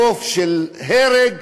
חוף של הרג.